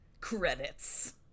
Credits